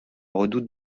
redoute